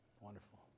Wonderful